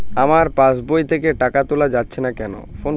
আমার পাসবই থেকে টাকা তোলা যাচ্ছে না কেনো?